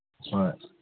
ꯍꯣꯏ